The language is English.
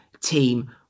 team